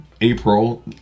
April